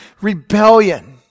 rebellion